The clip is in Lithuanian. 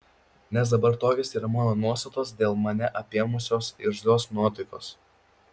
nes dabar tokios yra mano nuostatos dėl mane apėmusios irzlios nuotaikos